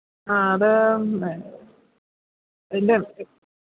ആ അത് എന്റെ